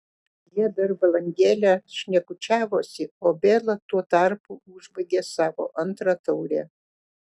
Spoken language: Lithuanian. jie dar valandėlę šnekučiavosi o bela tuo tarpu užbaigė savo antrą taurę